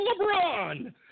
LeBron